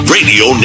Radio